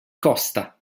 costa